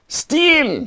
steal